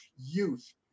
youth